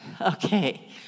Okay